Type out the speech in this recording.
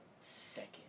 second